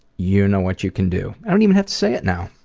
you know what you can do. i don't even have to say it now.